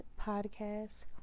podcast